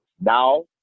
Now